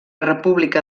república